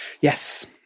Yes